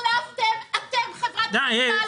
חברת החשמל,